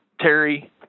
Terry